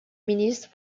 ministre